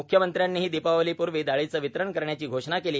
मुख्यमंत्र्यांनीही दीपावलीपूर्वी दाळीचे वितरण करण्याची घोषणा केली